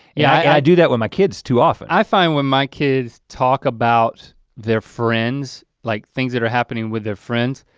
yeah i do that with my kids too often. i find when my kids talk about their friends, like things that are happening with their friends,